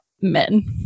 men